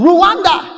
Rwanda